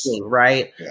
right